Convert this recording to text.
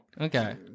Okay